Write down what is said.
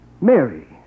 Mary